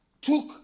took